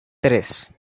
tres